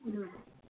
ꯎꯝ